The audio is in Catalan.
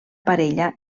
parella